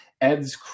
Ed's